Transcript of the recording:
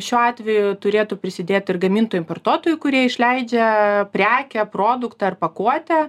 šiuo atveju turėtų prisidėt ir gamintojai importuotojai kurie išleidžia prekę produktą ar pakuotę